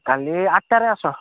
କାଲି ଆଠଟାରେ ଆସ